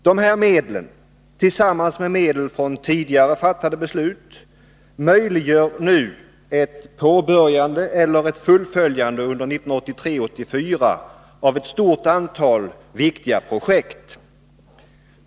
Dessa medel — tillsammans med medel från tidigare fattade beslut — möjliggör nu ett påbörjande eller fullföljande under 1983/84 av ett stort antal viktiga projekt.